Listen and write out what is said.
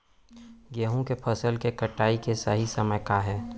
गेहूँ के फसल के कटाई के सही समय का हे?